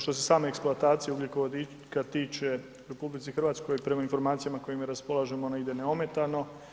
Što se same eksploatacije ugljikovodika tiče, u RH prema informacijama kojima raspolažemo, ona ide neometano.